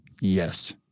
Yes